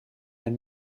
ein